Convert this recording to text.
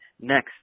next